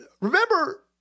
Remember